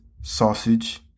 sausage